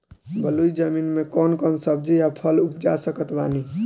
बलुई जमीन मे कौन कौन सब्जी या फल उपजा सकत बानी?